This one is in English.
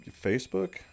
Facebook